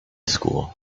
school